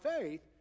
faith